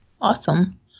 Awesome